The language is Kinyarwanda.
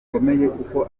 kuko